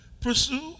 pursue